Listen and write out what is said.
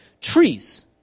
trees